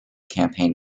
campaign